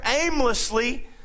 aimlessly